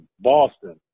Boston